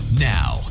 Now